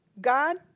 God